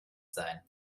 sein